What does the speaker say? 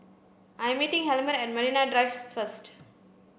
I am meeting Helmer at Marine Drive first